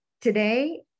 Today